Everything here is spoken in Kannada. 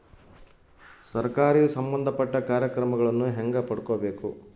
ಸರಕಾರಿ ಸಂಬಂಧಪಟ್ಟ ಕಾರ್ಯಕ್ರಮಗಳನ್ನು ಹೆಂಗ ಪಡ್ಕೊಬೇಕು?